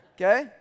okay